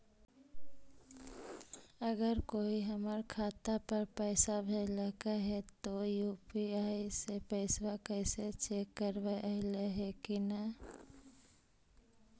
अगर कोइ हमर खाता पर पैसा भेजलके हे त यु.पी.आई से पैसबा कैसे चेक करबइ ऐले हे कि न?